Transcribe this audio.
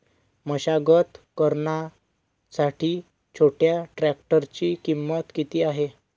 मशागत करण्यासाठी छोट्या ट्रॅक्टरची किंमत किती आहे?